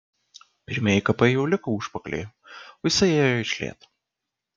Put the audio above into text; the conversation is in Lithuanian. pirmieji kapai jau liko užpakalyje o jisai ėjo iš lėto